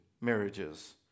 marriages